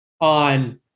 on